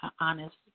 honest